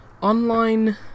online